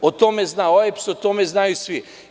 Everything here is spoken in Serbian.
O tome zna OEBS, o tome znaju svi.